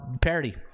Parody